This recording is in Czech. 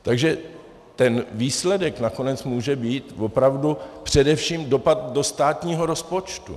Takže ten výsledek nakonec může být opravdu především dopad do státního rozpočtu.